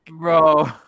Bro